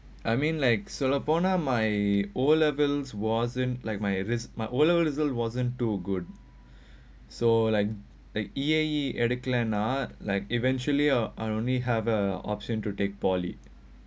I mean like சொல்ல போனா:solla ponaa my O levels wasn't like my my O level result wasn't too good so like the eve eh the like eventually are I only have a option to take polytechnic